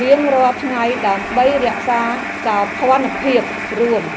រៀងរាល់ថ្ងៃដើម្បីរក្សាសោភ័ណភាពរួម។